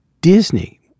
Disney